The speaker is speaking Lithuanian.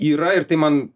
yra ir tai man